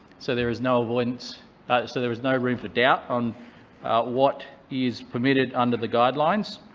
so there is no avoidance so there is no room for doubt on what is permitted under the guidelines.